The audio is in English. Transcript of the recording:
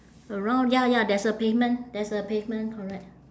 around ya ya there's a pavement there's a pavement correct